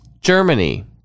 Germany